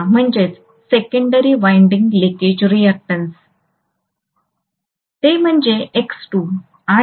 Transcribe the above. ते म्हणजे X2 आणि नंतर येथे नो लोड आहे